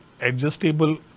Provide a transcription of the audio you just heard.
adjustable